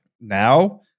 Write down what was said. now